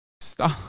Stop